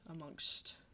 amongst